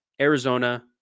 Arizona